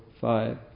five